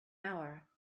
hour